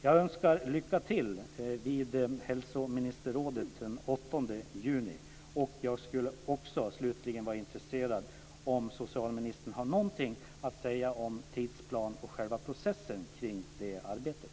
Jag önskar lycka till vid hälsoministerrådet den 8 juni. Jag skulle slutligen vara intresserad av om socialministern har någonting att säga om tidsplanen och själva processen kring det arbetet.